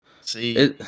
See